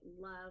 love